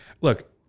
look